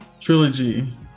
trilogy